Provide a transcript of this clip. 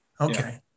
Okay